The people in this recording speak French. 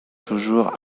toujours